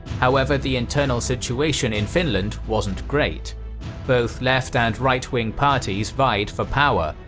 however, the internal situation in finland wasn't great both left and right-wing parties vied for power,